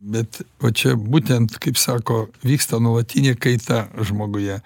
bet va čia būtent kaip sako vyksta nuolatinė kaita žmoguje